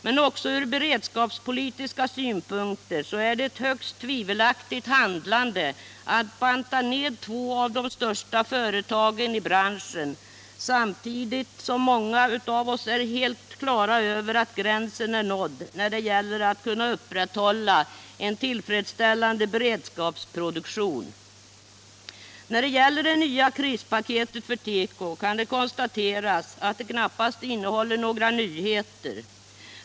Men också från beredskapspolitiska synpunkter är det ett högst tvivelaktigt handlande att banta ned två av de största företagen i branschen, samtidigt som många av oss är helt klara över att gränsen är nådd när det gäller att kunna upprätthålla en tillfredsställande beredskapsproduktion. Det nya krispaketet för teko innehåller knappast några nyheter.